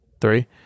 Three